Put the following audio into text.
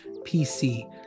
pc